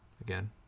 again